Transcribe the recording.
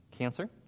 cancer